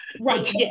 Right